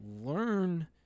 Learn